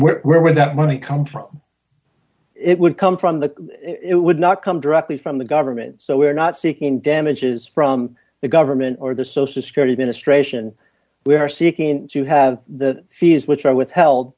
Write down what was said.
and we're when that money come from it would come from the it would not come directly from the government so we are not seeking damages from the government or the social security administration we are seeking to have the fees which are withheld